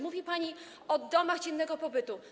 Mówi pani o domach dziennego pobytu.